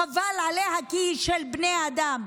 חבל עליה, כי היא של בני אדם,